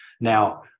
now